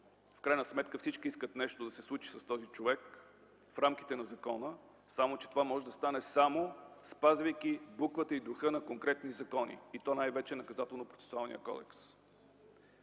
В крайна сметка всички искат да се случи нещо с този човек в рамките на закона, само че това може да стане само спазвайки буквата и духа на конкретни закони, и то най вече на Наказателно-процесуалния кодекс.